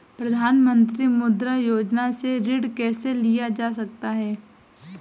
प्रधानमंत्री मुद्रा योजना से ऋण कैसे लिया जा सकता है?